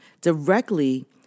directly